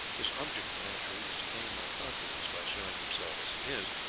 his object naturally was to gain my confidence by showing himself as he is,